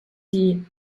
die